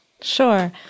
Sure